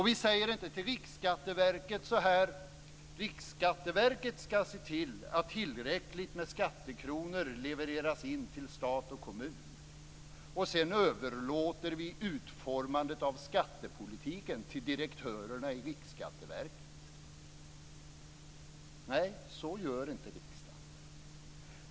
Vi säger inte till Riksskatteverket att Riksskatteverket skall se till att tillräckligt med skattekronor levereras in till stat och kommun, och sedan överlåter vi utformandet av skattepolitiken till direktörerna i Riksskatteverket. Nej, så gör inte riksdagen.